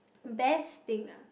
best thing ah